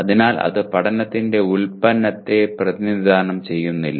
അതിനാൽ അത് പഠനത്തിന്റെ ഉൽപന്നത്തെ പ്രതിനിധാനം ചെയ്യുന്നില്ല